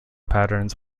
patterns